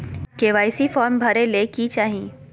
KYC form भरे ले कि चाही?